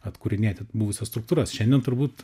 atkūrinėti buvusias struktūras šiandien turbūt